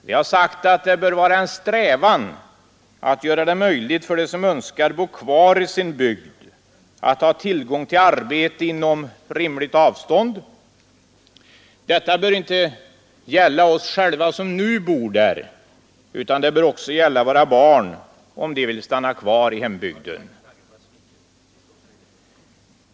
Vi har sagt att det bör vara en strävan att göra det möjligt för dem som önskar bo kvar i sin bygd att ha tillgång till arbete inom rimligt avstånd. Detta bör inte bara gälla oss själva som nu bor där utan bör också gälla våra barn, om de vill stanna kvar i hembygden.